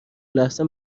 لحظه